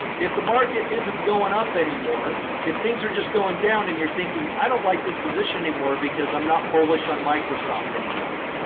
if the market isn't going up anymore, if things are just going down and you're thinking, i don't like this position anymore because i'm not bullish on microsoft anymore,